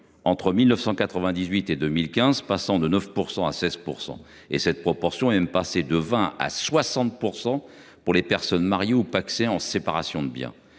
entre 1998 et 2015, passant de 9 % à 16 %. Cette proportion est même passée de 20 % à 60 % pour les personnes mariées ou pacsées sous le régime de la